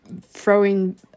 Throwing